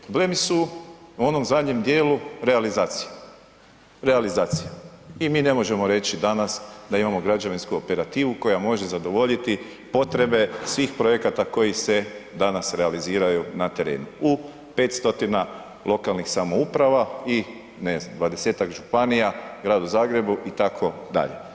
Problemi su u onom zadnjem djelu realizacije, realizacije i mi ne možemo reći danas da imamo građevinsku operativu koja može zadovoljiti potrebe svih projekata koji se danas realiziraju na terenu u 500 lokalnih samouprava i 20-ak županija, gradu Zagrebu itd.